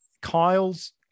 Kyle's